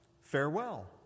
Farewell